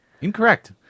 Incorrect